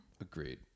Agreed